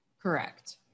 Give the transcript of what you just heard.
Correct